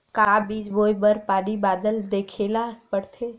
का बीज बोय बर पानी बादल देखेला पड़थे?